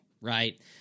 Right